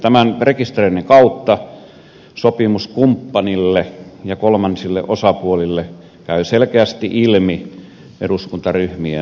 tämän rekisteröinnin kautta sopimuskumppanille ja kolmansille osapuolille käy selkeästi ilmi eduskuntaryhmien toiminta